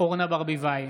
אורנה ברביבאי,